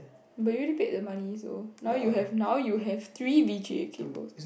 but you already paid the money so now you have now you have three V_G_A cable